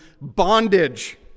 bondage